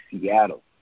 Seattle